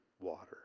water